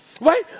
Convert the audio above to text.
right